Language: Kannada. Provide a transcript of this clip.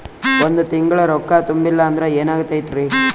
ಒಂದ ತಿಂಗಳ ರೊಕ್ಕ ತುಂಬಿಲ್ಲ ಅಂದ್ರ ಎನಾಗತೈತ್ರಿ?